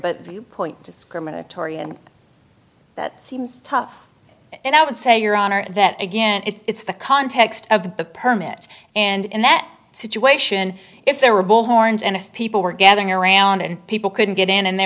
but viewpoint discriminatory and that seems tough and i would say your honor that again it's the context of the permit and in that situation if there were bullhorns and if people were gathering around and people couldn't get in and they